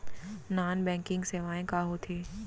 Non banking सेवाएं का होथे?